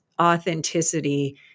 authenticity